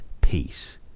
peace